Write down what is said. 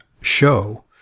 Show